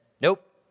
nope